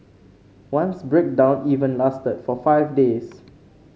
once breakdown even lasted for five days